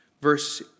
verse